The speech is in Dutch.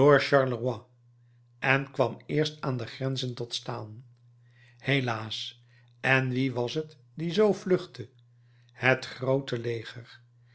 en kwam eerst aan de grenzen tot staan helaas en wie was t die zoo vluchtte het groote leger